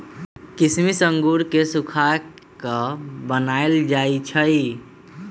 किशमिश अंगूर के सुखा कऽ बनाएल जाइ छइ